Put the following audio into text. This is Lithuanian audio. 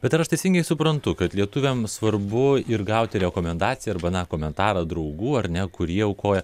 bet ar aš teisingai suprantu kad lietuviam svarbu ir gauti rekomendaciją arba na komentarą draugų ar ne kurie aukoja